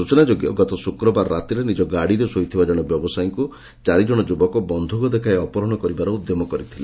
ସୂଚନା ଯୋଗ୍ୟ ଗତ ଶୁକ୍ରବାର ରାତିରେ ନିଜ ଗାଡ଼ିରେ ଶୋଇଥିବା ଜଣେ ବ୍ୟବସାୟିଙ୍କୁ ଚାରି ଜଣ ଯୁବକ ବନ୍ଧୁକ ଦେଖାଇ ଅପହରଣ କରିବାର ଉଦ୍ୟମ କରିଥିଲେ